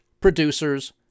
producers